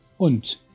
Und